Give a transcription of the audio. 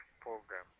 program